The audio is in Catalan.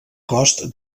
cost